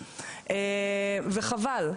וחבל,